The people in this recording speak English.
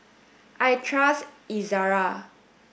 I trust Ezerra